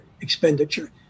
expenditure